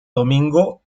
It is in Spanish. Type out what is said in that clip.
domingo